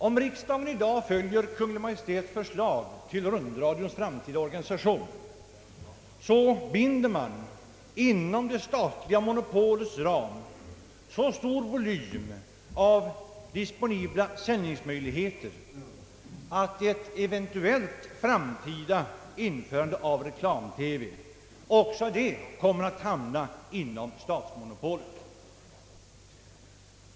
Om riksdagen i dag följer Kungl. Maj:ts förslag till rundradions framtida organisation, bindes inom det statliga monopolets ram så stor volym av disponibla sändningsmöjligheter = att även ett eventuellt framtida införande av reklam-TV kommer att hamna inom statsmonopolet.